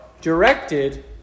directed